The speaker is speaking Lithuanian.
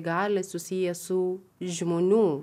gali susiję su žmonių